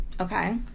Okay